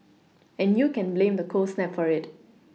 and you can blame the cold snap for it